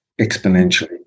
exponentially